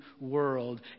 world